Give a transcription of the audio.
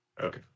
okay